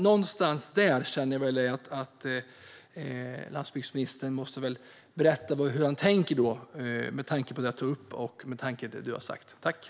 Någonstans där tycker jag att landsbygdsministern måste berätta hur han tänker med tanke på det som jag tar upp och med tanke på det som han har sagt.